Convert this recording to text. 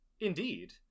indeed